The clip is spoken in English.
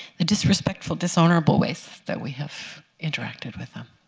disrespectful, dishonorable ways that we have interacted with them.